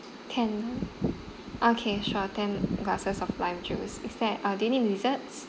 ten okay sure ten glasses of lime juice is that uh do you need desserts